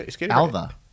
Alva